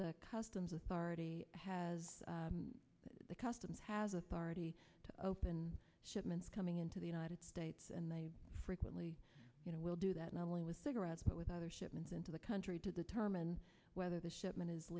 type customs authority has customs has authority to open shipments coming into the united states and they frequently you know will do that not only with cigarettes but with other shipments into the country to determine whether the shipment is